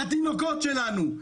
את התינוקות שלנו.